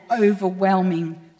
overwhelming